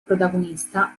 protagonista